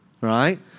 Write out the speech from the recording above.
right